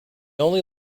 only